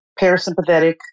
parasympathetic